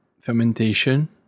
fermentation